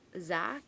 Zach